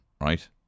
right